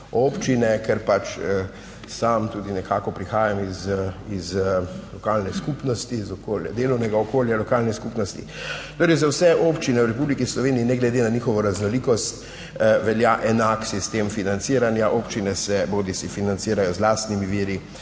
občine, ker pač sam tudi nekako prihajam iz lokalne skupnosti, iz okolja, delovnega okolja lokalne skupnosti. Torej za vse občine v Republiki Sloveniji, ne glede na njihovo raznolikost, velja enak sistem financiranja. Občine se bodisi financirajo z lastnimi viri